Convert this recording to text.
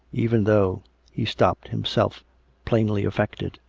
even though he stopped, himself plainly affected.